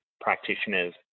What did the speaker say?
practitioners